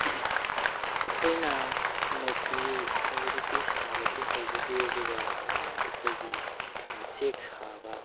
ꯑꯩꯈꯣꯏꯅ ꯃꯨꯔꯇꯤ ꯍꯥꯏꯕꯗꯨꯗꯤ ꯁꯥꯕꯗꯤ ꯍꯩꯖꯗꯦ ꯑꯗꯨꯒ ꯑꯩꯈꯣꯏꯒꯤ ꯆꯦꯛ ꯁꯥꯕ